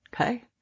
Okay